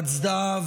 הצדעה.